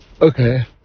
Okay